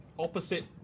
Opposite